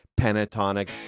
pentatonic